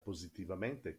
positivamente